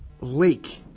lake